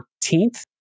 14th